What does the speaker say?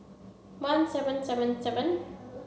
one seven seven seven